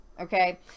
okay